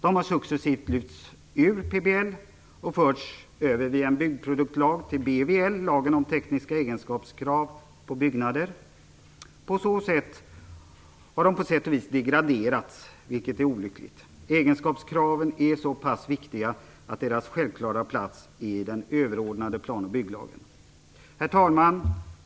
De har successivt lyfts ur PBL och förts över via en byggproduktlag till BVL, lagen om tekniska egenskapskrav på byggnader. Därmed har egenskapskraven på sätt och vis degraderats, vilket är olyckligt. De är ju så pass viktiga att de har sin självklara plats i den överordnade plan och bygglagen. Herr talman!